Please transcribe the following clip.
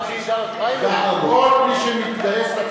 בעוד שלושה חברים מתנגדים,